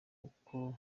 kuko